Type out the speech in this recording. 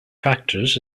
factors